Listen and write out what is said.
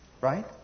Right